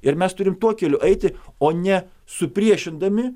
ir mes turim tuo keliu eiti o ne supriešindami